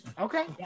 Okay